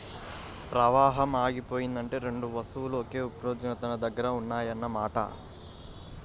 ప్రవాహం ఆగిపోయిందంటే రెండు వస్తువులు ఒకే ఉష్ణోగ్రత దగ్గర ఉన్నాయన్న మాట